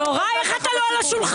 יוראי, איך אתה לא על השולחן?